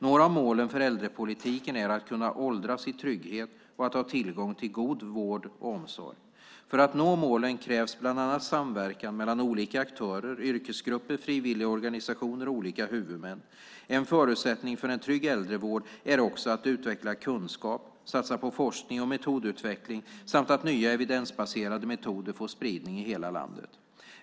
Några av målen för äldrepolitiken är att kunna åldras i trygghet och att ha tillgång till god vård och omsorg. För att nå målen krävs bland annat samverkan mellan olika aktörer, yrkesgrupper, frivilligorganisationer och olika huvudmän. En förutsättning för en trygg äldrevård är också att utveckla kunskap, satsa på forskning och metodutveckling samt att nya evidensbaserade metoder får spridning i hela landet.